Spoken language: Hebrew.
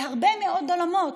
להרבה מאוד עולמות.